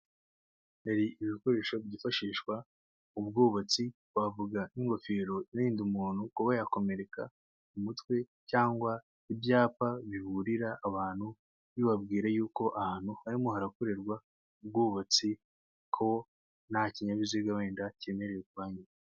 Hari ibikoresho byifashishwa mu bwubatsi, twavuga nk'ingofero irinda umuntu kuba yakomereka mu mutwe cyangwa ibyapa biburira abantu, bibabwira y'uko aho ahantu harimo harakorerwa ubwubatsi ko nta kinyabiziga wenda cyemerewe kuhanyura.